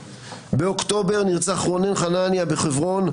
באוקטובר נרצח רונן חנניה בחברון,